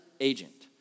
agent